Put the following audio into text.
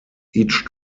each